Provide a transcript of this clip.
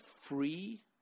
free